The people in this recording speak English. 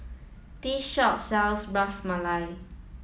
this shop sells Ras Malai